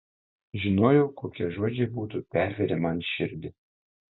žinojau kokie žodžiai būtų pervėrę man širdį